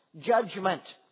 judgment